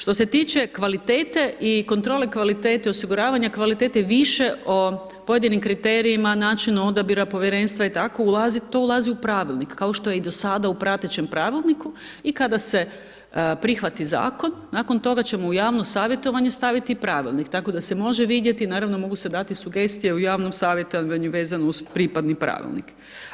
Što se tiče kvalitete i kontrole kvalitete osiguravanja kvalitete, više o pojedinim kriterijima, načinu odabira povjerenstva i tako, to ulazi u pravilnik, kao što je i do sada u pratećem pravilniku i kada se prihvati zakon, nakon toga ćemo u javno savjetovanje staviti pravilnik, tako da se može vidjeti, naravno mogu se dati sugestije u javnom savjetovanju vezano uz pripadni pravilnik.